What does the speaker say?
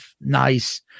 nice